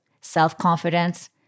self-confidence